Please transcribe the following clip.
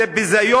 זה ביזיון.